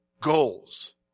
Goals